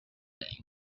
thing